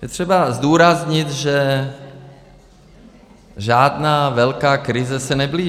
Je třeba zdůraznit, že žádná velká krize se neblíží.